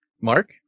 Mark